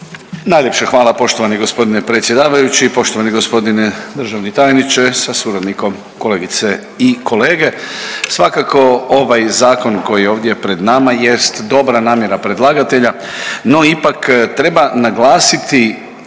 Najljepša hvala poštovani gospodine predsjedavajući. Poštovani gospodine državni tajniče sa suradnikom, kolegice i kolege, svakako ovaj zakon koji je ovdje pred nama jest dobra namjera predlagatelja no ipak treba naglasiti